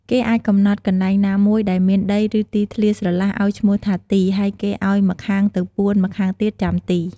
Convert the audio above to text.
គេអាចកំណត់កន្លែងណាមួយ ដែលមានដី ឬ ទីធ្លាស្រឡះ ឱ្យឈ្មោះថា "ទី" ហើយគេឱ្យម្ខាងទៅពួន ម្ខាងទៀតចាំទី។